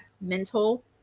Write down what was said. mental